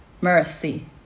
Mercy